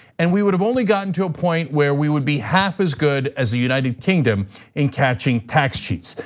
and we would've only gotten to a point where we would be half as good as the united kingdom in catching tax cheats.